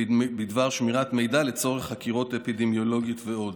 ובדבר שמירת מידע לצורך חקירות אפידמיולוגיות ועוד.